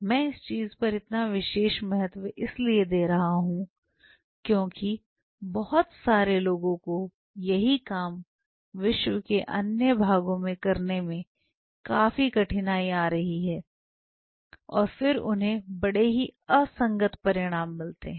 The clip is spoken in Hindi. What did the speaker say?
मैं इस चीज पर इतना विशेष महत्व इसलिए दे रहा हूं क्योंकि बहुत सारे लोगों को यही काम विश्व के अन्य भागों में करने में काफी कठिनाई आ रही है और फिर उन्हें बड़े ही असंगत परिणाम मिलते हैं